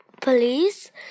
please